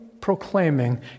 proclaiming